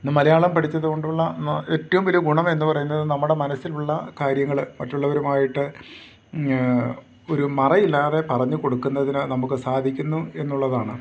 ഇന്നു മലയാളം പഠിച്ചതു കൊണ്ടുള്ള നാ ഏറ്റവും വലിയ ഗുണം എന്നു പറയുന്നത് നമ്മുടെ മനസ്സിലുള്ള കാര്യങ്ങൾ മറ്റുള്ളവരുമായിട്ട് ഒരു മറയില്ലാതെ പറഞ്ഞു കൊടുക്കുന്നതിന് നമുക്ക് സാധിക്കുന്നു എന്നുള്ളതാണ്